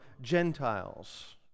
Gentiles